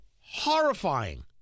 horrifying